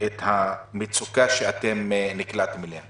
את המצוקה שנקלעתם אליה.